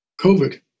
COVID